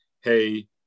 hey